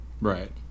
Right